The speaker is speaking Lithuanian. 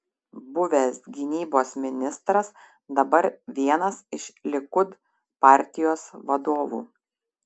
buvęs gynybos ministras dabar vienas iš likud partijos vadovų